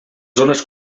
zones